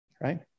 right